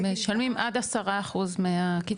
משלמים עד עשרה אחוז מהקצבה.